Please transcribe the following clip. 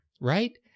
Right